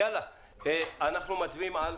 יאללה, אנחנו מצביעים על?